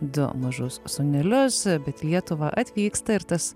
du mažus sūnelius bet į lietuvą atvyksta ir tas